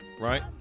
right